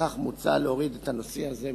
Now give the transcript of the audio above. לפיכך מוצע להוריד את הנושא הזה מסדר-היום.